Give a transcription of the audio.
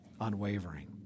unwavering